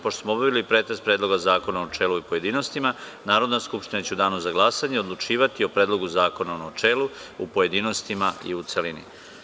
Pošto smo obavili pretres predloga zakona u načelu i pojedinostima, Narodna skupština će u Danu za glasanje odlučivati o predlogu zakona u načelu, u pojedinostima i u celini.